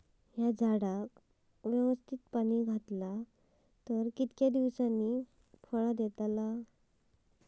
हया झाडाक यवस्तित खत घातला तर कितक्या वरसांनी फळा दीताला?